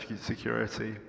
security